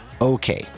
Okay